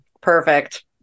Perfect